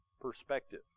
perspective